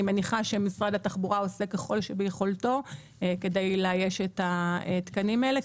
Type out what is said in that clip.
אני מניחה שמשרד התחבורה עושה ככל שביכולתו כדי לאייש את התקנים האלה,